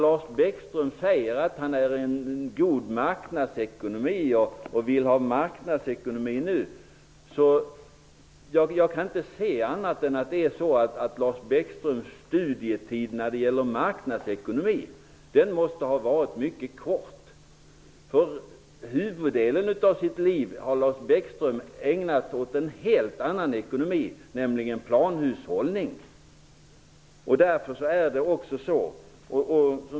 Lars Bäckström säger att han nu vill ha en marknadsekonomi. Jag kan inte se annat än att Lars Bäckströms studietid när det gäller marknadsekonomi måste ha varit mycket kort. Lars Bäckström har ägnat huvuddelen av sitt liv åt en helt annan ekonomi, nämligen planhushållningen.